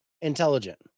Intelligent